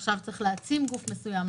אולי עכשיו צריך להעצים גוף מסוים,